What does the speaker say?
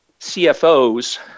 CFOs